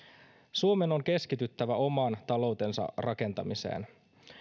suomen on keskityttävä oman taloutensa rakentamiseen